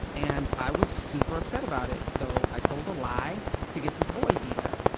and, i was super upset about it. so, i told a lie to get this boy beat up.